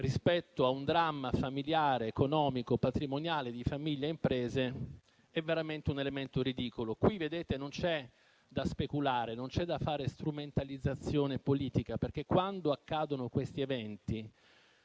rispetto a un dramma familiare, economico, patrimoniale di famiglie e imprese è veramente un elemento ridicolo. Qui non c'è da speculare, non c'è da fare strumentalizzazione politica, perché questi sono eventi